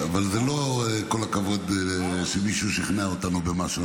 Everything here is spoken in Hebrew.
אבל זה לא כל הכבוד שמישהו שכנע אותנו במשהו.